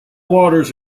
waters